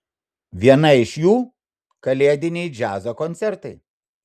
vieną iš jų kalėdiniai džiazo koncertai